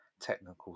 technical